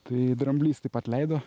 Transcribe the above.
tai dramblys taip atleido